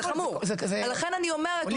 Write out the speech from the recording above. לכן אני אומרת,